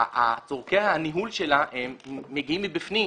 צורכי הניהול שלה מגיעים מבפנים.